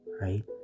right